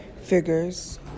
figures